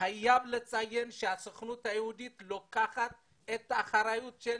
חייבים לציין שהסוכנות היהודית לוקחת את האחריות על